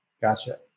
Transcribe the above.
Gotcha